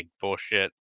bullshit